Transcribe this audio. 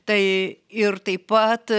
tai ir taip pat